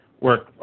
work